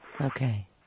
Okay